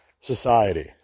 society